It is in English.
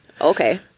Okay